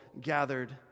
gathered